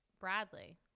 Bradley